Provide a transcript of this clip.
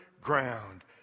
ground